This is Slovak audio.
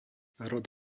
rod